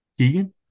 Deegan